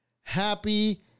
Happy